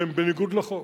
שהם בניגוד לחוק,